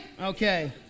Okay